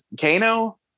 Kano